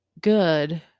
good